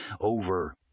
over